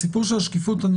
סיפור השקיפות הוא